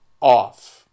off